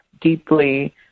deeply